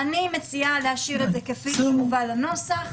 אני מציעה להשאיר את זה כפי שזה הובא לנוסח.